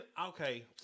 okay